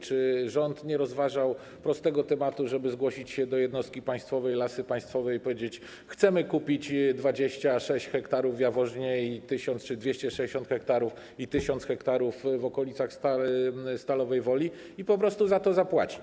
Czy rząd nie rozważał prostego tematu, żeby zgłosić się do jednostki państwowej Lasy Państwowe i powiedzieć: chcemy kupić 26 ha w Jaworznie i 1000 ha czy 260 ha i 1000 ha w okolicach Stalowej Woli, i po prostu za to zapłacić?